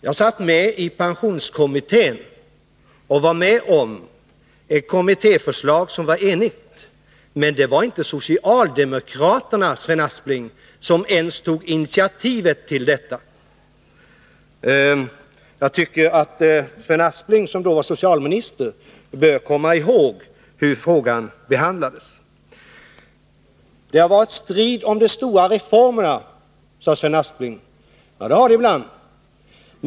Jag satt nämligen med i pensionskommittén, som lade fram ett enigt förslag. Men det var inte socialdemokraterna, Sven Aspling, som ens tog initiativet till detta förslag. Jag tycker att Sven Aspling, som då var socialminister, bör komma ihåg hur frågan behandlades. Det har varit strid om de stora reformerna, sade Sven Aspling. Ja, det har det ibland.